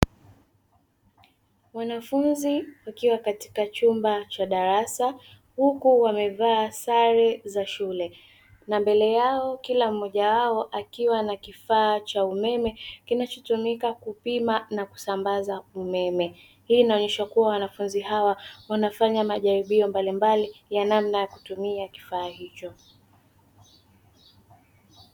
Wanafunzi wakiwa katika chumba cha darasa, huku wamevaa sare za shule na mbele yao kila mmoja wao akiwa na kifaa cha umeme kinachotumika kupima na kusambaza umeme. Hii inaonyesha kuwa wanafunzi hawa wanafanya majaribio mbalimbali ya namna ya kutumia kifaa hicho.